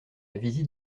visite